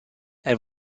elles